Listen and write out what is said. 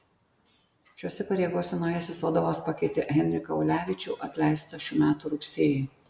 šiose pareigose naujasis vadovas pakeitė henriką ulevičių atleistą šių metų rugsėjį